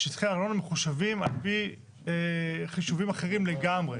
שטחי ארנונה מחושבים על פי חישובים אחרים לגמרי.